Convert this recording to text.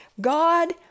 God